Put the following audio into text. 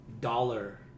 dollar